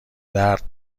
درد